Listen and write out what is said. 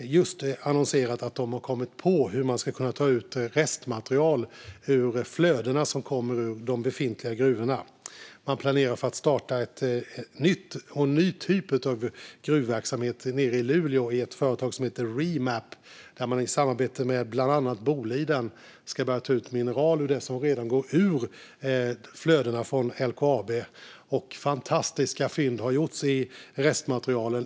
just annonserat att man har kommit på hur man kan ta ut restmaterial ur flödena från de befintliga gruvorna. Man planerar för att starta en ny typ av gruvverksamhet i Luleå, i ett företag som heter Reemap, där man i samarbete med bland annat Boliden ska börja ta ut mineral ur det som går ur flödena från LKAB. Fantastiska fynd har gjorts i restmaterialen.